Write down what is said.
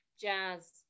jazz